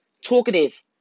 talkative